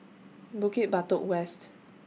Bukit Batok West